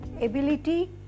ability